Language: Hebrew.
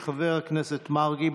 חבר הכנסת מרגי,